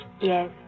Yes